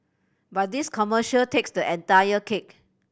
but this commercial takes the entire cake